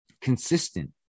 consistent